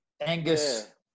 Angus